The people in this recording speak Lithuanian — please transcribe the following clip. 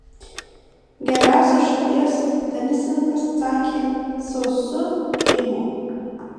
geriausias šalies tenisininkas atsakė sausu geimu